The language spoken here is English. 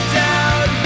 down